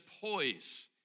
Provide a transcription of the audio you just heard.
poise